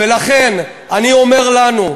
ולכן אני אומר, לנו,